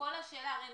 הם מבודדים,